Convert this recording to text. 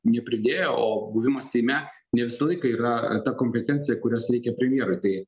nepridėjo o buvimas seime ne visą laiką yra ta kompetencija kurios reikia premjerui tai